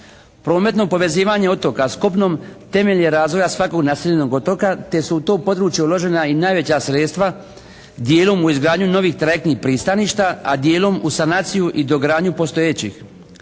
Prometno povezivanje otoka s kopnom temelj je razvoja svakog naseljenog otoka te su u to područje uložena i najveća sredstva dijelom u izgradnju novih trajektnih pristaništa, a dijelom u sanaciju i dogradnju postojećih.